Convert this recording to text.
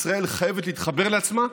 ישראל חייבת להתחבר לעצמה,